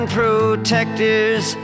protectors